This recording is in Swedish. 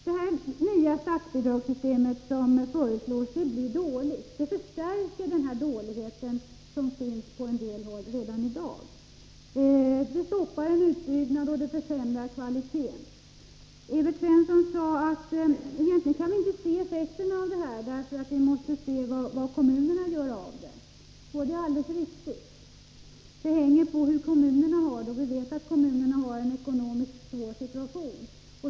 Det nya statsbidragssystem som föreslås blir dåligt. Det förstärker de dåliga förhållanden som finns på en del håll redan i dag. Det stoppar en utbyggnad och försämrar kvaliteten. Evert Svensson sade att vi egentligen inte kan avgöra vilka effekterna blir, för vi måste se vad kommunerna gör av det hela. Det är alldeles riktigt. Resultatet beror på hur man har det i kommunerna, och vi vet att kommunerna har en ekonomiskt sett svår situation.